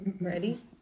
Ready